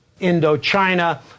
indochina